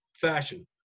fashion